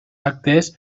actes